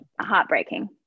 heartbreaking